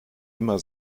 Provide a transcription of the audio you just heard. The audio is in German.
immer